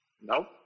Nope